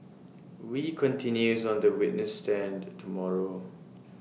wee continues on the witness stand tomorrow